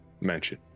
mansion